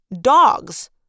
dogs